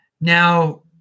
Now